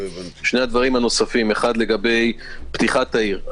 שני דברים נוספים אחד לגבי פתיחת העיר.